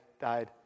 died